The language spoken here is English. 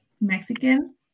Mexican